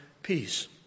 Peace